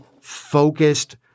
focused